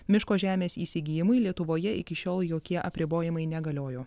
miško žemės įsigijimui lietuvoje iki šiol jokie apribojimai negaliojo